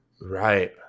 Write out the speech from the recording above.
Right